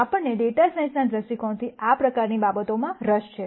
આપણને ડેટા સાયન્સના દૃષ્ટિકોણથી આ પ્રકારની બાબતોમાં રસ છે